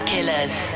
Killers